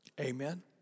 Amen